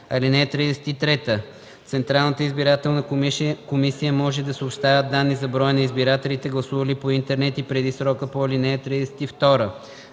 ден. (33) Централната избирателна комисия може да съобщава данни за броя на избирателите, гласували по интернет, и преди срока по ал. 32.